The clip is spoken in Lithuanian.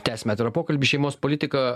tęsiame pokalbį šeimos politika